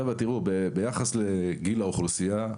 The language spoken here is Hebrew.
ביחס לגיל האוכלוסייה,